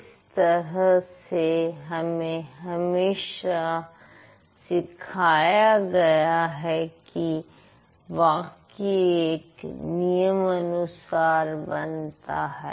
इस तरह से हमें हमेशा सिखाया गया है कि वाक्य एक नियम अनुसार बनता है